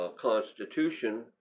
constitution